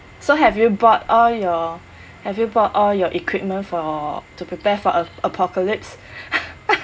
so have you bought all your have you bought all your equipment for to prepare for a apocalypse